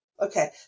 Okay